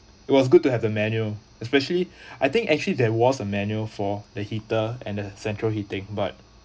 it was good to have a manual especially I think actually there was a manual for the heater and the central heating but